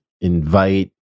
invite